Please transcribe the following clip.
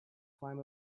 climb